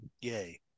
yay